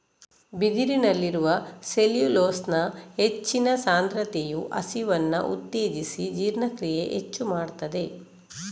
ಬಿದಿರಿನಲ್ಲಿರುವ ಸೆಲ್ಯುಲೋಸ್ನ ಹೆಚ್ಚಿನ ಸಾಂದ್ರತೆಯು ಹಸಿವನ್ನ ಉತ್ತೇಜಿಸಿ ಜೀರ್ಣಕ್ರಿಯೆ ಹೆಚ್ಚು ಮಾಡ್ತದೆ